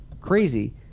crazy